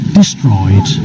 destroyed